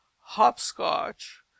hopscotch